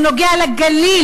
הוא נוגע לגליל,